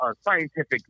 scientific